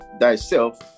thyself